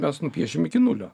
mes nupiešim iki nulio